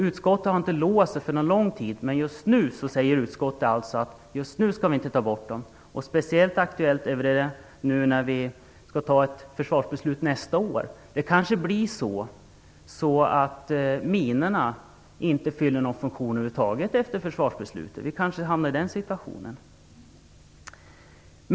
Utskottet har inte låst sig för någon lång tid, men säger att vi inte skall ta bort minorna just nu. Det är speciellt aktuellt eftersom vi skall fatta ett försvarsbeslut nästa år. Minorna kanske inte fyller någon funktion över huvud taget efter försvarsbeslutet. Vi kanske hamnar i den situationen.